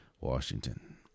Washington